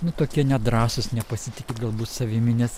nu tokie nedrąsūs nepasitiki galbūt savimi nes